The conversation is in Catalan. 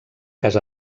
cas